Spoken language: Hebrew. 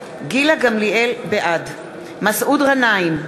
בעד מסעוד גנאים,